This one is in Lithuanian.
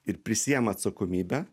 ir prisiima atsakomybę